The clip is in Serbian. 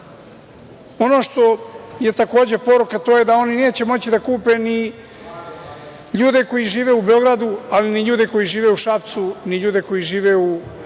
što je takođe poruka, to je da oni neće moći da kupe ni ljude koji žive u Beogradu, ali ni ljude koji žive u Šapcu, ni ljude koji žive u